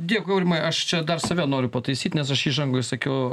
dėkui aurimai aš čia dar save noriu pataisyt nes aš įžangoj sakiau